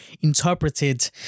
interpreted